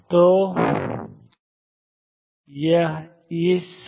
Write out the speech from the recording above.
तो 2xtx2Vxψxt